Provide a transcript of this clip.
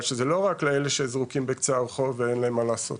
שזה לא רק לאלו שזרוקים בקצה הרחוב ואין להם מה לעשות.